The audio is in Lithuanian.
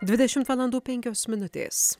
dvidešimt valandų penkios minutės